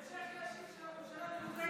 זה המשך ישיר של הממשלה המנותקת,